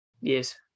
Yes